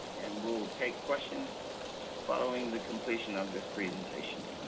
and we'll take questions following the completion of this presentation.